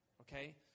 okay